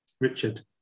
Richard